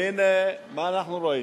והנה, מה אנחנו רואים?